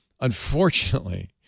unfortunately